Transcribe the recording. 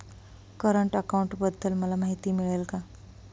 Current अकाउंटबद्दल मला माहिती मिळेल का?